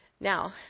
Now